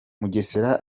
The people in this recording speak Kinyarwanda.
mugesera